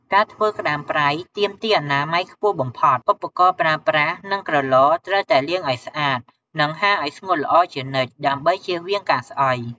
ការធ្វើក្ដាមប្រៃទាមទារអនាម័យខ្ពស់បំផុត ឧបករណ៍ប្រើប្រាស់ និងក្រឡត្រូវតែលាងឲ្យស្អាត និងហាលឲ្យស្ងួតល្អជានិច្ច ដើម្បីជៀសវាងការស្អុយ។